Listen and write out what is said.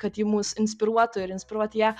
kad ji mus inspiruotų ir inspiruoti ją